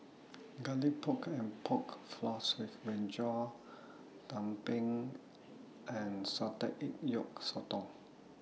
Garlic Pork and Pork Floss with Brinjal Tumpeng and Salted Egg Yolk Sotong